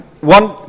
One